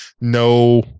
no